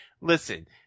Listen